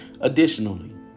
Additionally